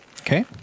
Okay